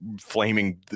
flaming